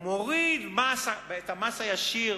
הוא מוריד את המס הישיר,